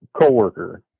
coworker